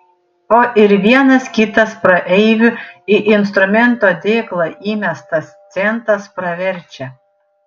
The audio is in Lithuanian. o ir vienas kitas praeivių į instrumento dėklą įmestas centas praverčia